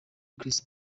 chris